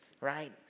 right